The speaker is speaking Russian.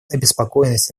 обеспокоенность